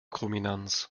chrominanz